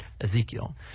Ezekiel